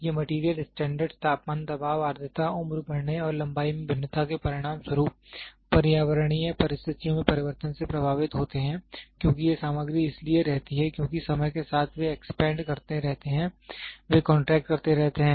ये material standard तापमान दबाव आर्द्रता उम्र बढ़ने और लंबाई में भिन्नता के परिणाम स्वरूप पर्यावरणीय परिस्थितियों में परिवर्तन से प्रभावित होते हैं क्योंकि ये सामग्री इसलिए रहती हैं क्योंकि समय के साथ वे एक्सपेंड करते रहते हैं वे कॉन्ट्रैक्ट करते रहते हैं